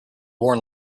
born